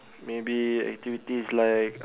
maybe activities like